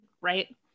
right